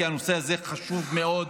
כי הנושא הזה חשוב מאוד